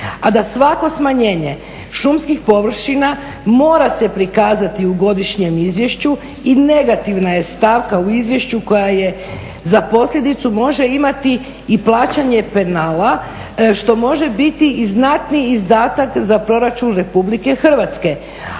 a da svako smanjenje šumskih površina mora se prikazati u godišnjem izvješću i negativna je stavka u izvješću koja je za posljedicu može imati i plaćanje penala što može biti i znatni izdatak za proračun RH, a